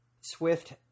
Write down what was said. Swift